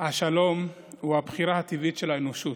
השלום הוא הבחירה הטבעית של האנושות.